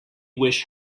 wish